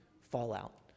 fallout